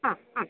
ആ ആ